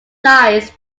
lies